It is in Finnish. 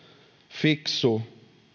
fiksu